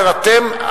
אומר: אתם,